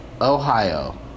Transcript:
Ohio